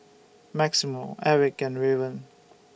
Maximo Erik and Raven